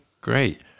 Great